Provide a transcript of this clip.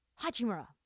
Hachimura